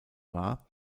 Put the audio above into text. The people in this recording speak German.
war